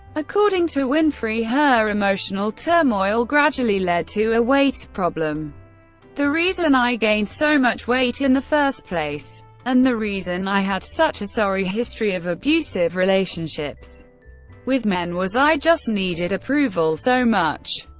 according to winfrey, her emotional turmoil gradually led to a weight problem the reason i gained so much weight in the first place and the reason i had such a sorry history of abusive relationships with men was i just needed approval so much.